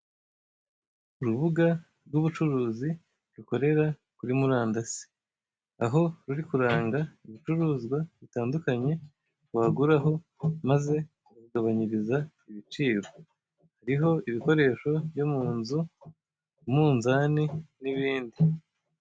Urubuga rw'ubucuruzi rukorera kuri murandasi, aho ruri kuranga ibicuruzwa bitandukanye waguraho maze ukagabanyirizwa ibiciro, hariho ibikoresho byo munzu, umunzani, n'ibindi.